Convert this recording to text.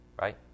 right